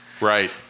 Right